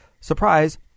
Surprise